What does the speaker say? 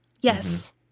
Yes